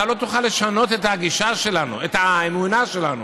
אתה לא תוכל לשנות את הגישה שלנו, את האמונה שלנו.